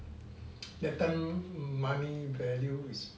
that time money value is